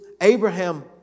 Abraham